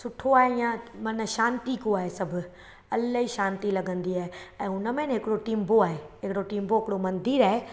सुठो आहे या माना शांतीको आहे सभु इलाही शांती लॻंदी आहे ऐं उन में हिकिड़ो टिंबो आहे अहिड़ो टिंबो हिकिड़ो मंदरु आहे